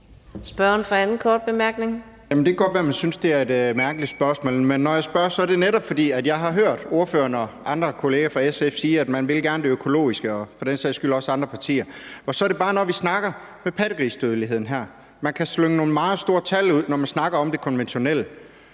Det kan godt være, man synes, det er et mærkeligt spørgsmål, men når jeg spørger, er det netop, fordi jeg har hørt ordføreren og andre kollegaer fra SF sige – og for den sags skyld også andre partier – at man gerne vil det økologiske. Så er det bare, når vi snakker om pattegrisedødeligheden her, at man kan slynge nogle meget store tal ud, når man snakker om det konventionelle.